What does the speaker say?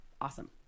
awesome